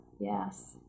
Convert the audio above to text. yes